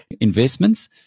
Investments